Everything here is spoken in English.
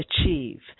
achieve